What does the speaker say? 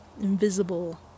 invisible